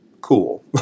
cool